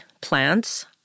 plants